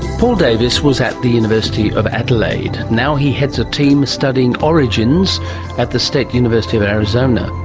paul davies was at the university of adelaide. now he heads a team studying origins at the state university of arizona.